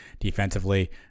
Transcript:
defensively